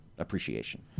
appreciation